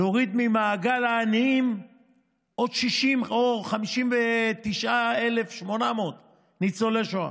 להוריד ממעגל העניים עוד 60,000 או 59,800 ניצולי שואה,